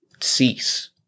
cease